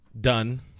done